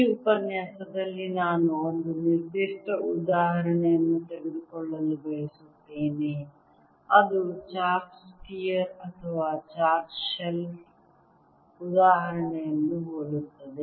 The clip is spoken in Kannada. ಈ ಉಪನ್ಯಾಸದಲ್ಲಿ ನಾನು ಒಂದು ನಿರ್ದಿಷ್ಟ ಉದಾಹರಣೆಯನ್ನು ತೆಗೆದುಕೊಳ್ಳಲು ಬಯಸುತ್ತೇನೆ ಅದು ಚಾರ್ಜ್ ಸ್ಪಿಯರ್ ಅಥವಾ ಚಾರ್ಜ್ ಶೆಲ್ನ ಉದಾಹರಣೆಯನ್ನು ಹೋಲುತ್ತದೆ